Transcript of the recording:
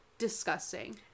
disgusting